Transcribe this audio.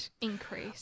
increase